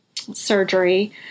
Surgery